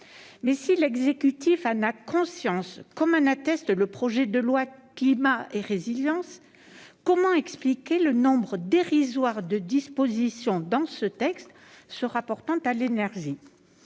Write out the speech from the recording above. Si l'exécutif en a conscience, comme en témoigne le projet de loi Climat et résilience, comment expliquer le nombre dérisoire de dispositions dans ce texte se rapportant à l'énergie ?